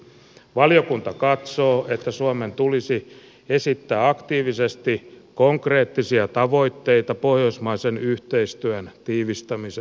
valiokunta katsoo että suomen tulisi esittää aktiivisesti konkreettisia tavoitteita pohjoismaisen yhteistyön tiivistämiseksi